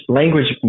language